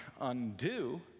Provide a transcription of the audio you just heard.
undo